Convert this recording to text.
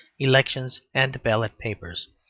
elections and ballot papers.